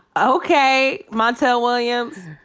okay. montel williams.